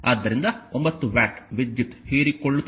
ಆದ್ದರಿಂದ 9 ವ್ಯಾಟ್ ವಿದ್ಯುತ್ ಹೀರಿಕೊಳ್ಳುತ್ತದೆ